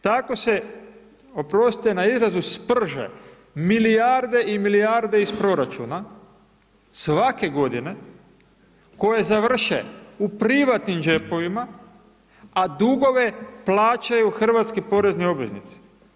Tako se, oprostite na izrazu, sprže milijarde i milijarde iz proračuna svake godine koje završe u privatnim džepovima a dugove plaćaju hrvatski porezni obveznici.